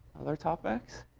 other topics?